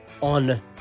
on